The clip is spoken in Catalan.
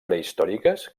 prehistòriques